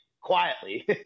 quietly